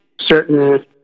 certain